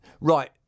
Right